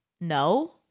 no